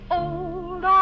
old